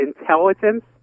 intelligence